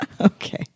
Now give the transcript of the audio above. Okay